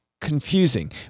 confusing